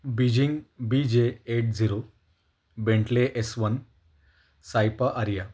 Beijing B J eight zero Bentley S one Saipa Arya